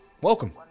welcome